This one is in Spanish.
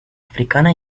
africana